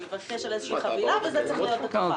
הוא יבקש על איזושהי חבילה וזה צריך להיות בתוכה.